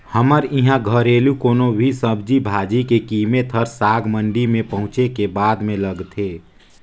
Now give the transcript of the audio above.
हमर इहां घरेलु कोनो भी सब्जी भाजी के कीमेत हर साग मंडी में पहुंचे के बादे में लगथे